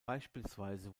beispielsweise